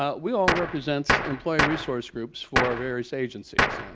ah we all represent employee resource groups for various agencies.